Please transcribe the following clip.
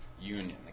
union